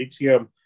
ATM